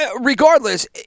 regardless